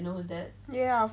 yeah of course